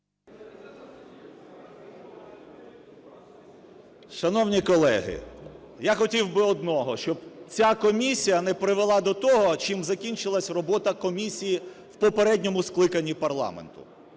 Шановні колеги, я хотів би одного, щоб ця комісія не привела до того, чим закінчилася робота комісії у попередньому скликанні парламенту.